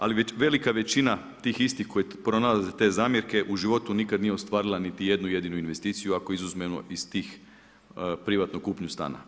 Ali velika većina tih istih koji pronalaze te zamjerke u životu nikada nije ostvarila niti jednu jedinu investiciju ako izuzmemo iz tih privatnu kupnju stana.